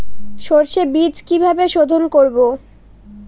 সর্ষে বিজ কিভাবে সোধোন করব?